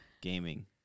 Gaming